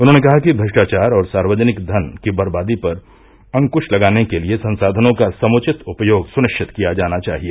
उन्होंने कहा कि भ्रष्टाचार और सार्वजनिक धन की बर्बदी पर अंकुश लगाने के लिए संसाधनों का समुचित उपयोग सुनिश्चित किया जाना चाहिए